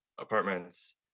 apartments